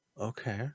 Okay